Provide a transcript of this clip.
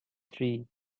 three